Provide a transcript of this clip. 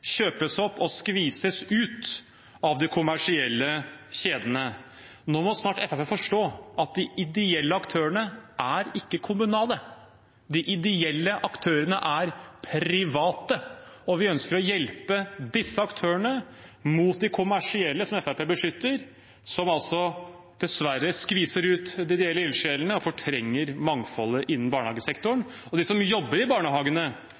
og skvises ut av de kommersielle kjedene. Nå må snart Fremskrittspartiet forstå at de ideelle aktørene ikke er kommunale. De ideelle aktørene er private, og vi ønsker å hjelpe disse aktørene mot de kommersielle som Fremskrittspartiet beskytter, som altså dessverre skviser ut de ideelle ildsjelene og fortrenger mangfoldet innen barnehagesektoren. Og de som jobber i barnehagene,